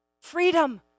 Freedom